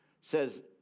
says